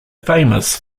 famous